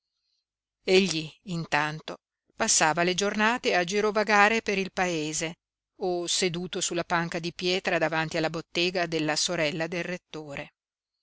intanto passava le giornate a girovagare per il paese o seduto sulla panca di pietra davanti alla bottega della sorella del rettore